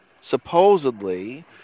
supposedly